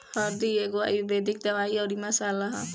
हरदी एगो आयुर्वेदिक दवाई अउरी मसाला हअ